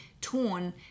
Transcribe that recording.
torn